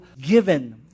given